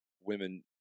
women